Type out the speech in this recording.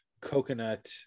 coconut